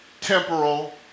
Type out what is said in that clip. temporal